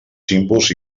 símbols